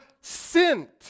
sent